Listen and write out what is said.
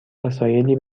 وسایلی